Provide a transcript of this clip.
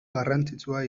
garrantzitsua